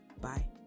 Bye